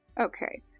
okay